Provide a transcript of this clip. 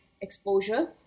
exposure